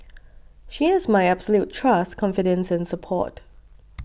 she has my absolute trust confidence and support